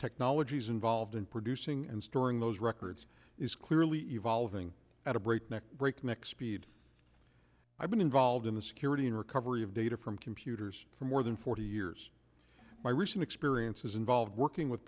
technologies involved in producing and storing those records is clearly evolving at a breakneck breakneck speed i've been involved in the security and recovery of data from computers for more than forty years my recent experiences involved working with